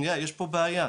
שניה יש פה בעיה,